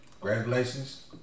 congratulations